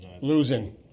Losing